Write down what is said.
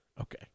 Okay